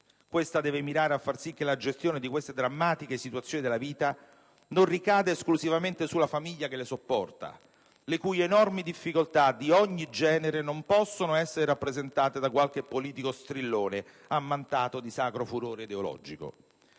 questa deve mirare a far sì che la gestione di tali drammatiche situazioni della vita non ricada esclusivamente sulla famiglia che le sopporta, le cui enormi difficoltà, di ogni genere, non possono essere rappresentate da qualche politico strillone ammantato di sacro furore ideologico.